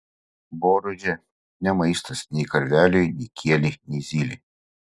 boružė ne maistas nei karveliui nei kielei nei zylei